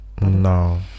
No